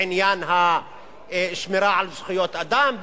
בעניין השמירה על זכויות אדם,